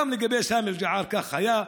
גם לגבי סמי אלג'עאר כך היה,